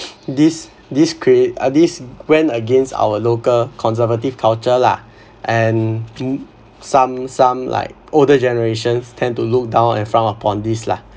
this this create this went against our local conservative culture lah and some some like older generations tend to look down and frowned upon this lah